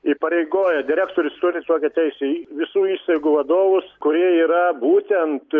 įpareigoja direktorius turi tokią teisę į visų įstaigų vadovus kurie yra būtent